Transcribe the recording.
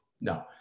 no